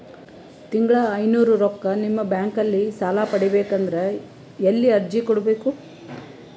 ತಿಂಗಳ ಐನೂರು ರೊಕ್ಕ ನಿಮ್ಮ ಬ್ಯಾಂಕ್ ಅಲ್ಲಿ ಸಾಲ ಪಡಿಬೇಕಂದರ ಎಲ್ಲ ಅರ್ಜಿ ಕೊಡಬೇಕು?